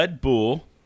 bull